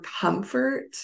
comfort